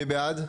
מי בעד?